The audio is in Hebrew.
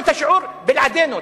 תעלו את השיעור בלעדינו.